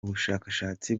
ubushakashatsi